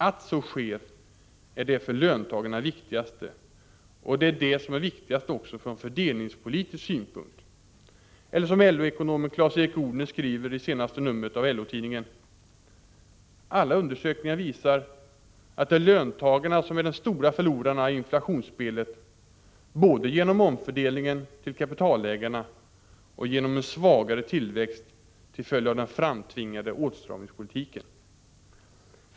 Att så sker är det viktigaste för löntagarna, och det är det som är viktigast också från fördelningspolitisk synpunkt, eller som LO-ekonomen Claes-Erik Odhner skriver i senaste numret av LO-tidningen: ”Alla undersökningar visar att det är löntagarna som är de stora förlorarna i inflationsspelet både genom omfördelningen till kapitalägarna och genom en svagare tillväxt till följd av den framtvingade åtstramningspolitiken.